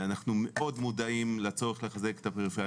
אנחנו מודעים מאוד לצורך לחזק את הפריפריה.